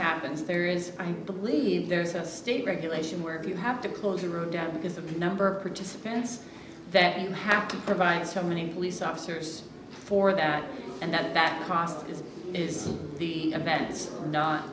happens there is i believe there's a state regulation where you have to close it down because the number of participants that you have to provide so many police officers for that and that that cost is the events